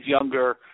younger